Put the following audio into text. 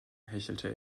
hechelte